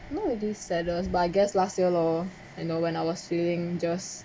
not really saddest s but I guess last year lor I know when I was feeling just